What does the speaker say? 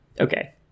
Okay